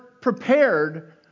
prepared